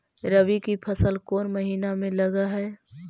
रबी की फसल कोन महिना में लग है?